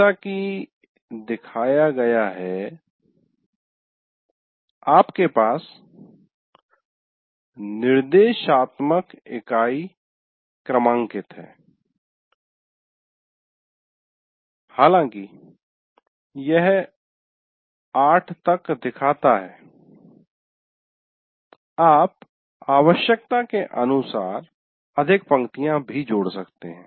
जैसा कि दिखाया गया है आपके पास निर्देशात्मक इकाई क्रमांकित है हालांकि यह 8 तक दिखाता है आप आवश्यकता के अनुसार अधिक पंक्तियाँ जोड़ सकते हैं